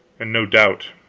and no doubt